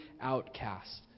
outcasts